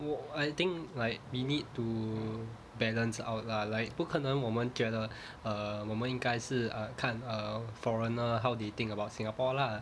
我 I think like we need to balance out lah like 不可能我们觉得 err 我们应该是 err 看 err foreigner how they think about singapore lah